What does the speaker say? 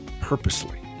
purposely